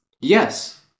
yes